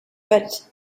but